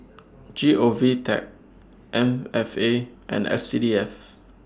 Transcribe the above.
G O V Tech M F A and S C D F